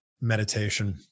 meditation